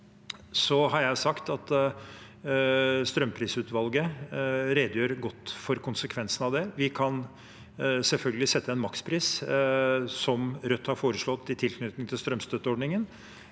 Jeg har sagt at strømprisutvalget redegjør godt for konsekvensene av det. Vi kan selvfølgelig sette en makspris, som Rødt har foreslått i tilknytning til strømstøtteordningen,